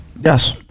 Yes